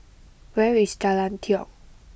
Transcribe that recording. where is Jalan Tiong